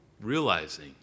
Realizing